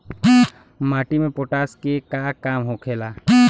माटी में पोटाश के का काम होखेला?